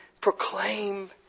proclaim